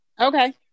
Okay